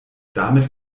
damit